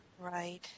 Right